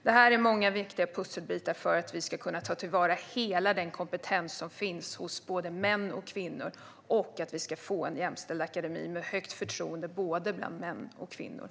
Detta är många viktiga pusselbitar för att vi ska kunna ta till vara hela den kompetens som finns hos både män och kvinnor och få en jämställd akademi med högt förtroende bland både män och kvinnor.